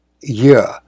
year